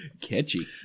Catchy